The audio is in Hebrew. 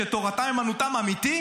שתורתם אומנותם באמת,